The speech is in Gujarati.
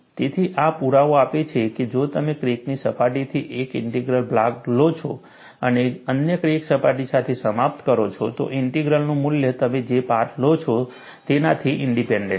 તેથી આ પુરાવો આપે છે કે જો તમે ક્રેકની સપાટીથી એક ઇન્ટિગ્રલ ભાગ લો છો અને અન્ય ક્રેક સપાટી સાથે સમાપ્ત કરો છો તો ઇન્ટિગ્રલનું મૂલ્ય તમે જે પાથ લો છો તેનાથી ઇન્ડીપેન્ડન્ટ છે